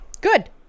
Good